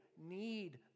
need